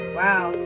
wow